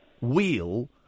wheel